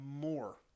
more